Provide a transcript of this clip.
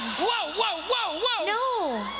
whoa whoa whoa.